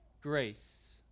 grace